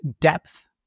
depth